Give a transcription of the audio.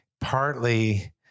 partly